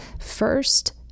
First